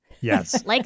Yes